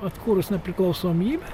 atkūrus nepriklausomybę